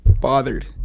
bothered